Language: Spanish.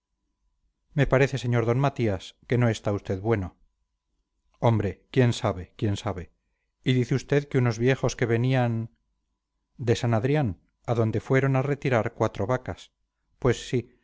me parece sr d matías que no está usted bueno hombre quién sabe quién sabe y dice usted que unos viejos que venían de san adrián a donde fueron a retirar cuatro vacas pues sí